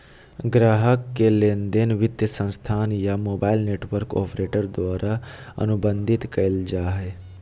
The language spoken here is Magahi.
ग्राहक के लेनदेन वित्तीय संस्थान या मोबाइल नेटवर्क ऑपरेटर द्वारा अनुबंधित कइल जा हइ